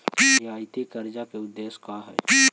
रियायती कर्जा के उदेश्य का हई?